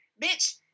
Bitch